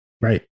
Right